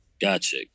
Gotcha